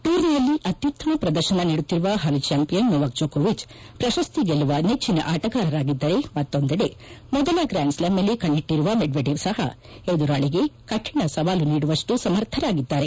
ಟೂರ್ನಿಯಲ್ಲಿ ಅತ್ಟುತ್ತಮ ಶ್ರದರ್ಶನ ನೀಡುತ್ತಿರುವ ಹಾಲಿ ಚಾಂಪಿಯನ್ ನೋವಾಕ್ ಜೊಕೊವಿಚ್ ಪ್ರಶಸ್ತಿ ಗೆಲ್ಲುವ ನೆಚ್ಚನ ಆಟಗಾರರಾಗಿದ್ದರೆ ಮತ್ತೊಂದೆಡೆ ಮೊದಲ ಗ್ರ್ವಾನ್ಸ್ಲಾಮ್ ಮೇಲೆ ಕಣ್ಣಿಟ್ಟರುವ ಮೆಡ್ವೆಡೇವ್ ಸಹ ಎದುರಾಳಿಗೆ ಕಠಿಣ ಸವಾಲು ನೀಡುವಷ್ಟು ಸಮರ್ಥರಿದ್ದಾರೆ